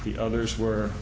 the others were